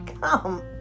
Come